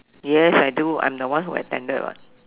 yes I do I'm the one who attended [what]